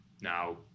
now